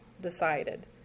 decided